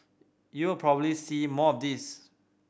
you probably see more of this